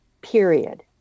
period